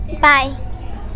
Bye